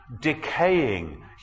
decaying